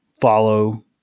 follow